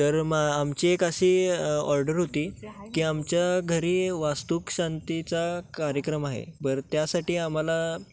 तर मा आमची एक अशी ऑर्डर होती की आमच्या घरी वास्तुशांतीचा कार्यक्रम आहे बरं त्यासाठी आम्हाला